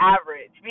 average